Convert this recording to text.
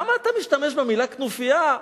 למה אתה משתמש במלה "כנופיה"